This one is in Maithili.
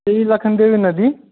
ई लखनदेहि नदी